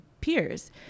peers